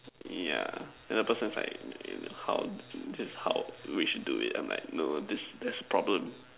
yeah then the person's like you know how this how we should do it I'm like no this there's problem